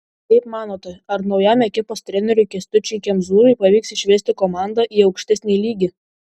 kaip manote ar naujam ekipos treneriui kęstučiui kemzūrai pavyks išvesti komandą į aukštesnį lygį